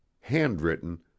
Handwritten